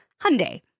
Hyundai